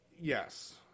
Yes